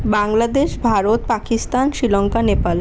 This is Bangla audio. বাংলাদেশ ভারত পাকিস্তান শ্রীলঙ্কা নেপাল